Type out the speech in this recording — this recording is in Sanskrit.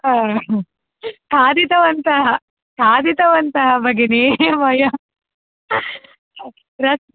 खादितवन्तः खादितवन्तः भगिनि मया तत्